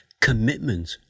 commitment